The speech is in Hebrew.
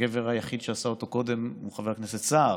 הגבר היחיד שעשה אותו קודם הוא חבר הכנסת סער,